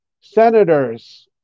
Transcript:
senators